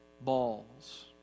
balls